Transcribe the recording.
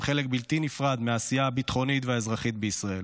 חלק בלתי נפרד מהעשייה הביטחונית והאזרחית בישראל,